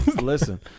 Listen